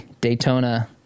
Daytona